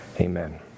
amen